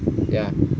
ya